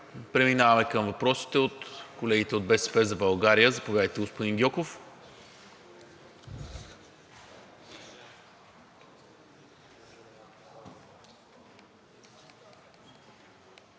Преминаваме към въпросите от колегите от „БСП за България“. Заповядайте, господин Гьоков.